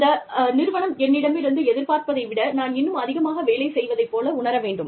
அந்த நிறுவனம் என்னிடமிருந்து எதிர்பார்ப்பதை விட நான் இன்னும் அதிகமாக வேலை செய்வதைப் போல உணர வேண்டும்